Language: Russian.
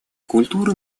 культуры